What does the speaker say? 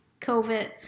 COVID